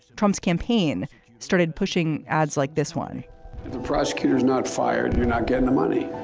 trump's campaign started pushing ads like this one prosecutors not fired. you're not getting the money.